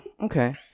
Okay